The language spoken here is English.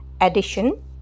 addition